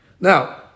Now